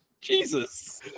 Jesus